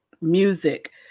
music